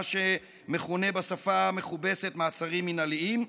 מה שמכונה בשפה המכובסת מעצרים מינהליים,